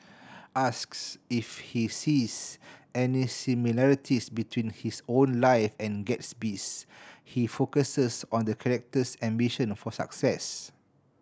asks if he sees any similarities between his own life and Gatsby's he focuses on the character's ambition for success